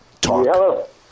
Talk